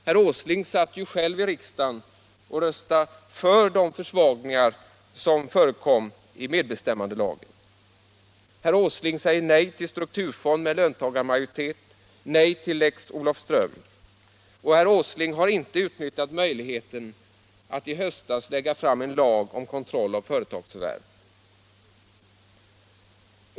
Herr Åsling satt själv i riksdagen och röstade för försvagningarna i medbestämmandelagen. Herr Åsling säger nej till en strukturfond med löntagarmajoritet, nej till Lex Olofström. Och herr Åsling utnyttjade inte möjligheten i höstas att lägga fram en lag om kontroll av företagsförvärv.